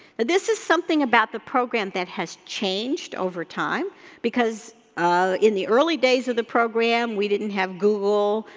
this is something about the program that has changed over time because in the early days of the program we didn't have google,